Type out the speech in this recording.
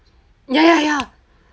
ya ya ya